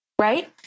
Right